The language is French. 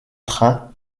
train